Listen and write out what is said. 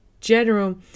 general